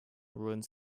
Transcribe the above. ruins